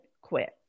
quit